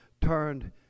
turned